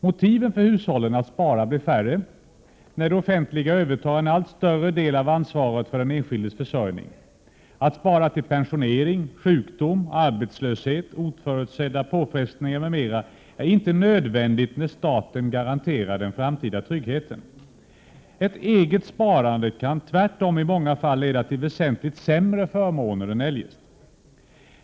Motiven för hushållen att spara blir färre, när det offentliga övertar en allt större del av ansvaret för den enskildes försörjning. Att spara till pensionering, sjukdom, arbetslöshet, oförutsedda påfrestningar m.m. är inte nödvändigt när staten garanterar den framtida tryggheten. Ett eget sparande kan tvärtom i många fall leda till väsentligt sämre förmåner än eljest.